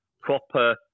proper